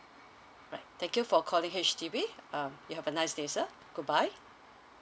right thank you for calling H_D_B uh you have a nice day sir goodbye